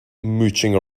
mooching